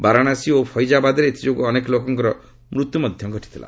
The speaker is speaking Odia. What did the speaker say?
ବାରାଣସୀ ଓ ର୍ଫୈଜାବାଦରେ ଏଥିଯୋଗୁଁ ଅନେକ ଲୋକଙ୍କର ମୃତ୍ୟୁ ଘଟିଥିଲା